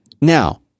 now